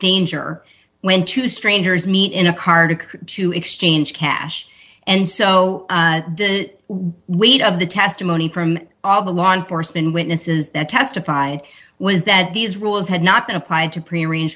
danger when two strangers meet in a card to exchange cash and so the weight of the testimony from all the law enforcement witnesses that testified was that these rules had not been applied to prearrange